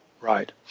Right